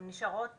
הן נשארות